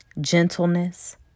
gentleness